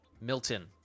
Milton